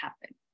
happen